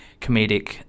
comedic